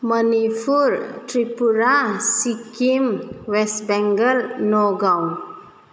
Manipur Tripura Sikkim west Bengal Nagaon